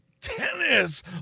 tennis